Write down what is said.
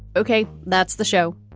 ok. that's the show.